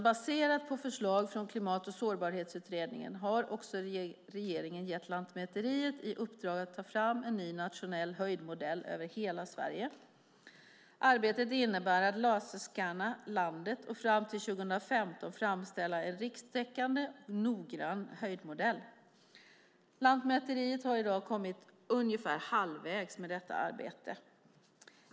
Baserat på förslag från Klimat och sårbarhetsutredningen har regeringen gett Lantmäteriet i uppdrag att ta fram en nationell höjdmodell över hela Sverige. Arbetet innebär att laserskanna landet och fram till 2015 framställa en rikstäckande och noggrann höjdmodell. Lantmäteriet har i dag kommit ungefär halvvägs med detta arbete.